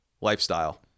lifestyle